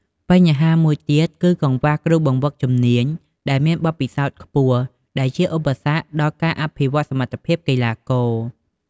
បញ្ហាមួយទៀតគឺកង្វះគ្រូបង្វឹកជំនាញដែលមានបទពិសោធន៍ខ្ពស់ ដែលជាឧបសគ្គដល់ការអភិវឌ្ឍសមត្ថភាពកីឡាករ។